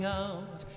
out